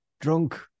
drunk